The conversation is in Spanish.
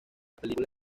película